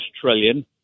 trillion